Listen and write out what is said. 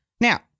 Now